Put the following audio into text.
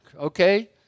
okay